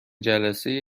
جلسه